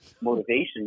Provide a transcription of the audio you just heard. motivation